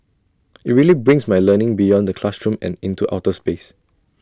IT really brings my learning beyond the classroom and into outer space